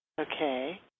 Okay